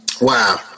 Wow